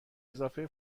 اضافه